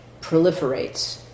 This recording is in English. proliferates